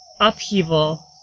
upheaval